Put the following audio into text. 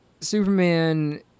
Superman